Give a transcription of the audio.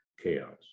chaos